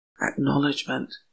acknowledgement